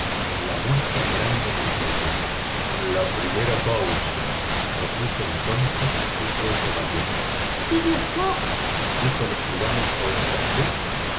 en el reloj grande del pretorio la primera causa repuso entonces el juez obadiah phileas fogg dijo el escribano